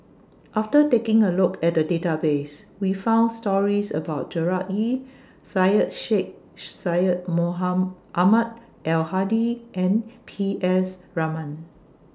after taking A Look At The Database We found stories about Gerard Ee Syed Sheikh Syed Ahmad Al Hadi and P S Raman